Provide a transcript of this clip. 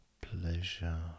pleasure